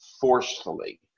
forcefully